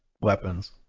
weapons